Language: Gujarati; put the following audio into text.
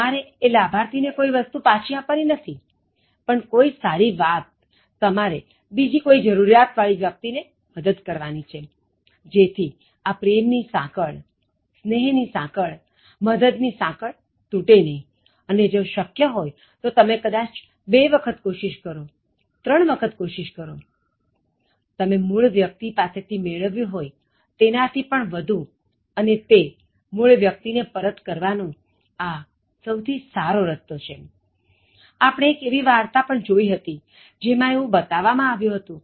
તમારે એ લાભાર્થી ને કોઈ વસ્તુ પાછી આપવાની નથી પણ કોઇ સારી વાત તમારે બીજી કોઈ જરૂરિયાત વાળી વ્યક્તિ ને મદદ કરવા ની છે જેથી આ પ્રેમ ની સાંકળ સ્નેહ ની સાંકળ મદદ ની સાંકળ તૂટે નહીં અને જો શક્ય હોય તો તમે કદાચ બે વખત કોશિશ કરો ત્રણ વખત કોશિશ કરો તમે મૂળ વ્યક્તિ પાસેથી મેળવ્યું હોય તેનાથી પણ વધુ અને તે મૂળ વ્યક્તિ ને પરત કરવાનો સહુથી સારો રસ્તો છે અને આપણે એક એવી વાર્તા પણ જોઇ હતી જેમાં એવું બતાવવામાં આવ્યુ હતું